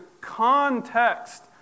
context